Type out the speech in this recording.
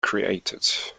created